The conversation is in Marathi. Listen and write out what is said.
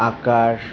आकाश